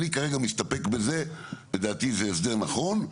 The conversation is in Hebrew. אני כרגע מסתפק בזה לדעתי זה הסדר נכון,